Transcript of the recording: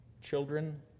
children